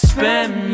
Spend